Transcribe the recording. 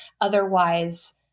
Otherwise